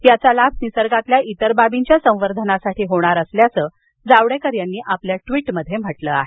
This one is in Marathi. याचा लाभ निसर्गातील इतर बाबींच्या संवर्धनासाठी होणार असल्याचं जावडेकर यांनी ट्वीटमध्ये म्हटलं आहे